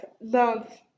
love